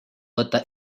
võtta